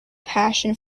passion